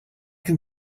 can